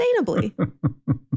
sustainably